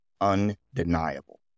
Undeniable